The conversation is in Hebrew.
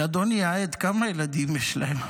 אדוני העד, כמה ילדים יש להם?